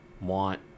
want